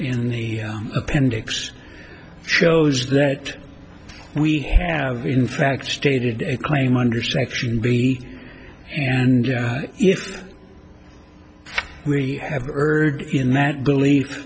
in the appendix shows that we have in fact stated a claim under section b and if we have heard in that belief